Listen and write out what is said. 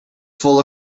full